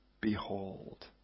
behold